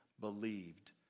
believed